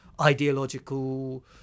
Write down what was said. ideological